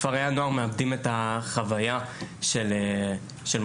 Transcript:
כפרי הנוער מאבדים את החוויה של מוסד